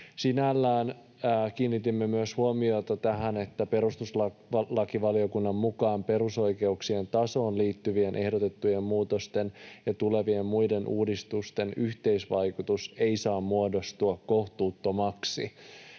Sinällään kiinnitimme myös huomiota tähän, että perustuslakivaliokunnan mukaan perusoikeuksien tasoon liittyvien ehdotettujen muutosten ja tulevien muiden uudistusten yhteisvaikutus ei saa muodostua kohtuuttomaksi.